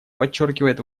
подчеркивает